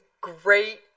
great